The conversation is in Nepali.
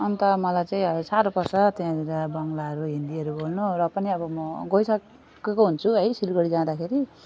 अन्त मलाई चाहिँ अब साह्रो पर्छ त्यहाँनिर बङ्गलाहरू हिन्दीहरू बोल्नु र पनि अब म गइसकेको हुन्छु है सिलगढी जाँदाखेरि